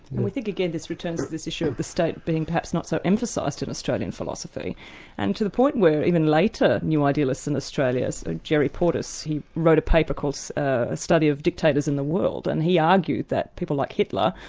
and think again this returns to this issue of the state being perhaps not so emphasised in australian philosophy and to the point where even later new idealists in australia, so ah jerry portis, he wrote a paper called a study of dictators in the world, and he argued that people like hitler,